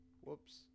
whoops